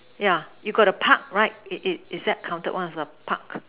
yeah you got a Park right is is is that counted one of a Park